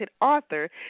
author